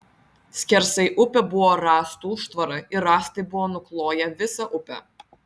skersai upę buvo rąstų užtvara ir rąstai buvo nukloję visą upę